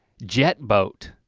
jet boat.